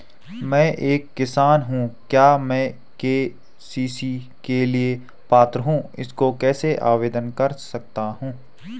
मैं एक किसान हूँ क्या मैं के.सी.सी के लिए पात्र हूँ इसको कैसे आवेदन कर सकता हूँ?